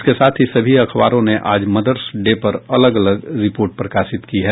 इसके साथ ही सभी अखबारों ने आज मदर्स डे पर अलग अलग रिपोर्ट प्रकाशित की है